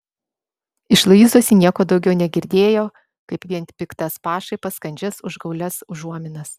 iš luizos ji nieko daugiau negirdėjo kaip vien piktas pašaipas kandžias užgaulias užuominas